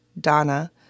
Donna